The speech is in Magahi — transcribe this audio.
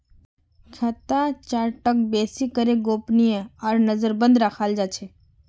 खाता चार्टक बेसि करे गोपनीय आर नजरबन्द रखाल जा छे